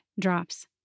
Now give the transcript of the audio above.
drops